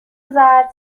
زرد